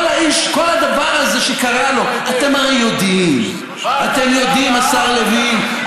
כל הדבר הזה שקרה לו, הרי אתם יודעים, השר לוין.